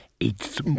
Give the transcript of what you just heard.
It's